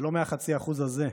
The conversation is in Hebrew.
זה לא מה-0.5% הזה,